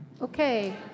Okay